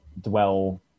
dwell